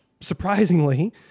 Surprisingly